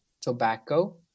tobacco